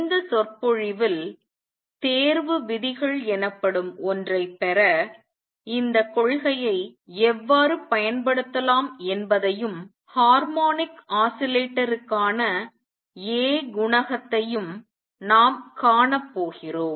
இந்த சொற்பொழிவில் தேர்வு விதிகள் எனப்படும் ஒன்றைப் பெற இந்த கொள்கையை எவ்வாறு பயன்படுத்தலாம் என்பதையும் ஹார்மோனிக் ஆஸிலேட்டருக்கான A குணகத்தையும் நாம் காணப்போகிறோம்